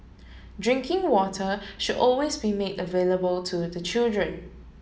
drinking water should always be made available to the children